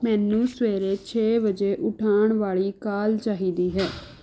ਮੈਨੂੰ ਸਵੇਰੇ ਛੇ ਵਜੇ ਉਠਾਉਣ ਵਾਲੀ ਕਾਲ ਚਾਹੀਦੀ ਹੈ